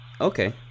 Okay